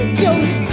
joe